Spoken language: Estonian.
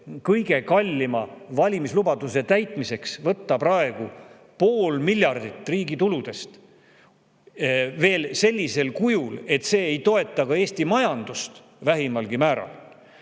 kõige kallima valimislubaduse täitmiseks võtta praegu pool miljardit riigi tuludest, ja veel sellisel kujul, [siis] see ei toeta Eesti majandust vähimalgi määral.